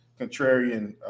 contrarian